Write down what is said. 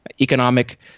economic